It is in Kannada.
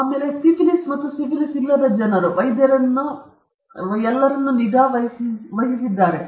ಆದ್ದರಿಂದ ಸಿಫಿಲಿಸ್ ಮತ್ತು ಸಿಫಿಲಿಸ್ ಇಲ್ಲದ ಜನರು ವೈದ್ಯರನ್ನು ಎಲ್ಲಾ ನಿಗಾ ವಹಿಸಿದ್ದಾರೆ